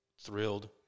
thrilled